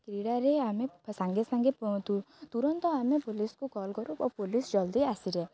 କ୍ରୀଡ଼ାରେ ଆମେ ସାଙ୍ଗେ ସାଙ୍ଗେ ତୁରନ୍ତ ଆମେ ପୋଲିସକୁ କଲ୍ କରୁ ଓ ପୋଲିସ ଜଲ୍ଦି ଆସିଯାଏ